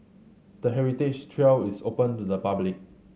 the heritage trail is open to the public